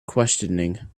questioning